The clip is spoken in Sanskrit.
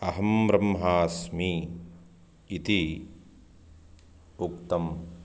अहं ब्रह्मास्मि इति उक्तम्